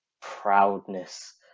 proudness